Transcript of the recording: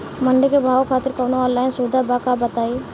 मंडी के भाव खातिर कवनो ऑनलाइन सुविधा बा का बताई?